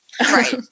Right